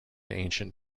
ancient